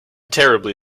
terribly